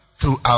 throughout